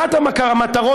אחת המטרות,